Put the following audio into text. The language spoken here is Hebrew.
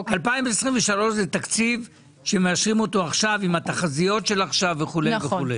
2023 זה תקציב שמאשרים אותו עכשיו עם התחזיות של עכשיו וכו' וכו',